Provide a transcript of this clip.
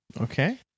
Okay